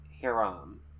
Hiram